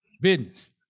business